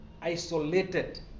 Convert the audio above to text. isolated